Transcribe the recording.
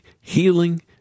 healing